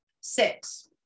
Six